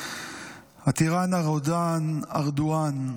הטירן הנודע ארדואן,